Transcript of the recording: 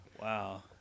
Wow